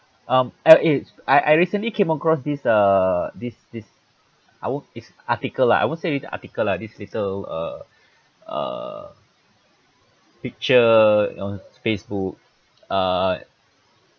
um uh it's I I recently came across this uh this this our it's article lah I won't say the article lah this little uh uh picture on Facebook uh